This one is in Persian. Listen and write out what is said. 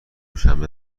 شنبه